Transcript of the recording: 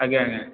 ଆଜ୍ଞା ଆଜ୍ଞା